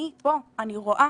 אני פה, אני רואה